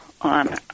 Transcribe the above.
on